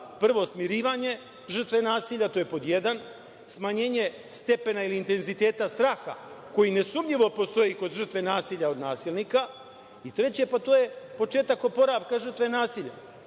prvo smirivanje žrtve nasilja, to je pod jedan, smanjenje stepena ili intenziteta straha koji nesumnjivo postoji kod žrtve nasilja od nasilnika i treće, pa to je početak oporavka žrtve nasilja.